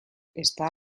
está